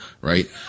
right